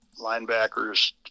linebackers